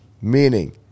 meaning